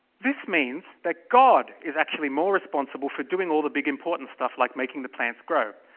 this means that god is actually more responsible for doing all the big important stuff like making the plants grow!